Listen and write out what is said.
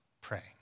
praying